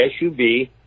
SUV